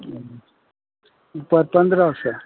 हूँ ऊपर पन्द्रह सए